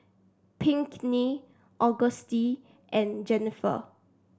Pinkney Auguste and Jenniffer